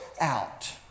out